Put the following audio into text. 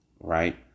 right